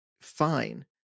fine